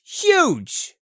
huge